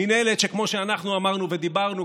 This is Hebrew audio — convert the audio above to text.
מינהלת שכמו שאנחנו אמרנו ודיברנו,